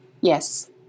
yes